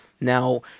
Now